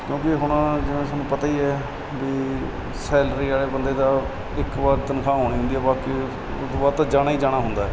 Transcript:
ਕਿਉਂਕਿ ਹੁਣ ਜਿਵੇਂ ਤੁਹਾਨੂੰ ਪਤਾ ਹੀ ਹੈ ਵੀ ਸੈਲਰੀ ਵਾਲੇ ਬੰਦੇ ਦਾ ਇੱਕ ਵਾਰ ਤਨਖਾਹ ਆਉਣੀ ਹੁੰਦੀ ਹੈ ਬਾਕੀ ਉੱਦੋਂ ਬਾਅਦ ਤਾਂ ਜਾਣਾ ਹੀ ਜਾਣਾ ਹੁੰਦਾ